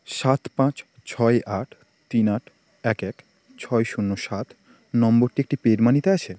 সাত পাঁচ ছয় আট তিন আট এক এক ছয় শূন্য সাত নম্বরটি একটি পেইডমানিতে আছে